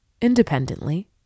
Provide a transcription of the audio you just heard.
Independently